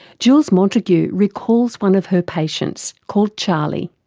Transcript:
jules montague recalls one of her patients, called charlie.